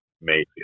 Mayfield